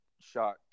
shot